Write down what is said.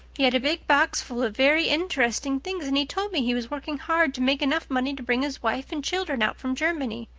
he had a big box full of very interesting things and he told me he was working hard to make enough money to bring his wife and children out from germany.